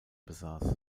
besaß